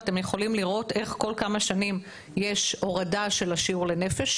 אתם יכולים לראות איך כל כמה שנים יש הורדה של השיעור לנפש,